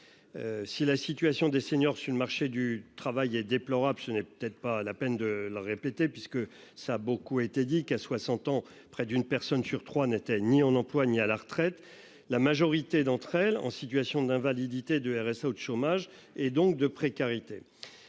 Si la situation des seniors sur le marché du travail est déplorable, ce n'est peut-être pas la peine de le répéter puisque ça beaucoup a été dit qu'à 60 ans près d'une personne sur 3 n'était ni en emploi, ni à la retraite. La majorité d'entre elles en situation d'invalidité de RSA au chômage et donc de précarité